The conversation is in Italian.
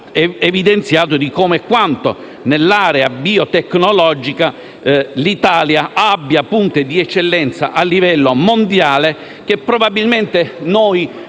evidenziato anche quanto, nell'area biotecnologica, l'Italia abbia punte di eccellenza a livello mondiale, che probabilmente noi